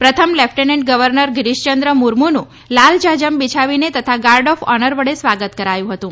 પ્રથમ lieutenant governor Girishchandra મુર્મુનું લાલજાજમ બિછાવીને તથા ગાર્ડ ઓફ ઓનર વડે સ્વાગત કરાયું હતું